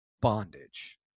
bondage